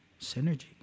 Synergy